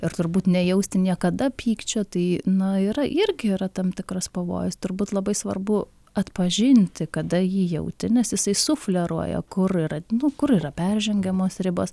ir turbūt nejausti niekada pykčio tai na yra irgi yra tam tikras pavojus turbūt labai svarbu atpažinti kada jį jauti nes jisai sufleruoja kur yra nu kur yra peržengiamos ribos